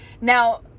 Now